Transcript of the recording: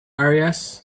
areas